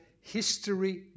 history